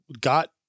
got